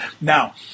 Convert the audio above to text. Now